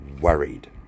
worried